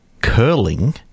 curling